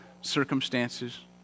circumstances